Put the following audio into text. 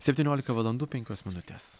septyniolika valandų penkios minutės